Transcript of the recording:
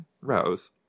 Rose